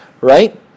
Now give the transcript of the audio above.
right